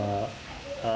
uh uh